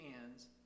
hands